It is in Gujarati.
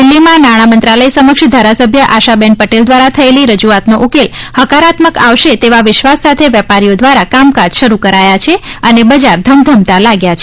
દિલ્ફીમાં નાણા મંત્રાલય સમક્ષ ધારાસભ્ય આશાબહેન પટેલ દ્વારા થયેલી રજૂઆતનો ઉકેલ ફકારાત્મક આવશે તેવા વિશ્વાસ સાથે વેપારીઓ વ્રારા કામકાજ શરૂ કરાયા છે અને બજાર ધમધમતા લાગ્યા છે